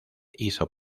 hizo